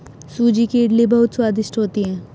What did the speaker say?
सूजी की इडली बहुत स्वादिष्ट होती है